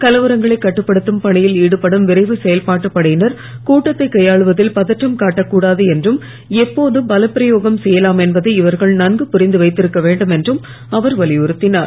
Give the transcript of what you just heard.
கலவரங்களை கட்டுப்படுத்தும் பணியில் ஈடுபடும் விரைவு செயல்பாட்டு படையினர் கூட்டத்தை கையாளுவதில் பதற்றம் காட்டக்கூடாது என்றும் எப்போது பலப்பிரயோகம் செய்யலாம் என்பதை இவர்கள் நன்கு புரிந்து வைத்திருக்க வேண்டும் என்றும் அவர் வலியுறுத்தினார்